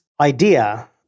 idea